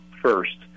first